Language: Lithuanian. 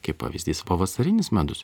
kaip pavyzdys pavasarinis medus